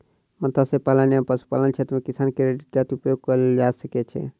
मत्स्य पालन एवं पशुपालन क्षेत्र मे किसान क्रेडिट कार्ड उपयोग कयल जा सकै छै